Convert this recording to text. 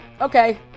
okay